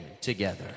together